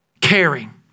caring